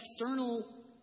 external